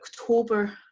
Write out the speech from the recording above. October